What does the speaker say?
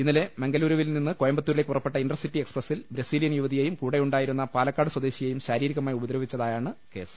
ഇന്നലെ മംഗലൂരുവിൽ നിന്ന് കോയ മ്പുത്തൂരിലേക്ക് പുറപ്പെട്ട ഇന്റർസിറ്റി എക്സ്പ്രസിൽ ബ്രസീലി യൻ യുവതിയെയും കൂടെയുണ്ടായിരുന്ന പാലക്കാട് സ്വദേശി യെയും ശാരീരികമായി ഉപദ്രവിച്ചതായാണ് കേസ്